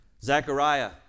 Zechariah